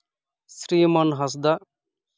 Sriman Hansda